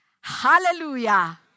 Hallelujah